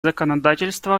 законодательство